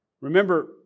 Remember